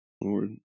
Lord